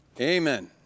Amen